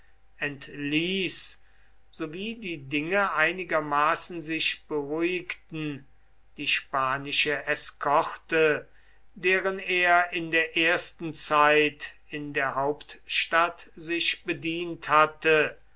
entließ sowie die dinge einigermaßen sich beruhigten die spanische eskorte deren er in der ersten zeit in der hauptstadt sich bedient hatte